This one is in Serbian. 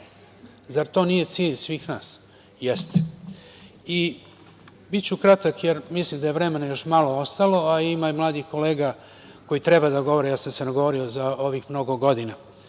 Zar to nije cilj svih nas? Jeste. Biću kratak, jer mislim da je vremena malo ostalo, a ima i mladih kolega koji treba da govore, a ja sam govorio za ove godine.